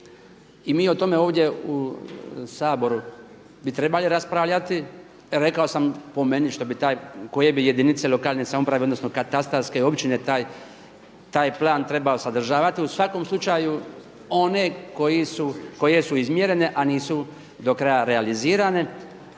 I mi o tome ovdje u Saboru bi trebali raspravljati. Rekao sam po meni što bi taj, koje bi jedinica lokalne samouprave odnosno katastarske općine taj plan trebao sadržavati u svakom slučaju one koje su izmjerene, a nisu do kraja realizirane.